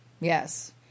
Yes